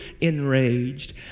enraged